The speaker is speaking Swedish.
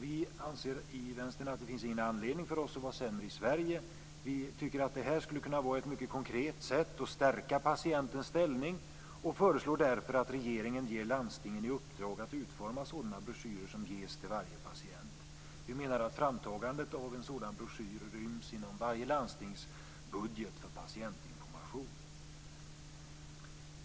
Vi anser i Vänstern att det inte finns någon anledning att vara sämre i Sverige. Vi tycker att det här skulle kunna vara ett mycket konkret sätt att stärka patientens ställning och föreslår därför att regeringen ger landstingen i uppdrag att utforma sådana broschyrer, som ges till varje patient. Vi menar att framtagandet av en sådan broschyr ryms inom varje landstingsbudget för patientinformation.